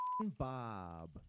Bob